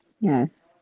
Yes